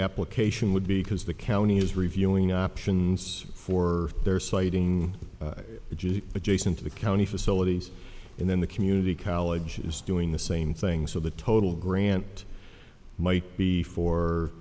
application would be because the county is reviewing options for their siting adjacent to the county facilities and then the community college is doing the same thing so the total grant might be for